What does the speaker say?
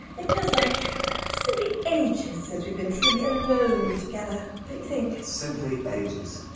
it feels like simply ages since we've been truly alone together, don't you think? simply ages.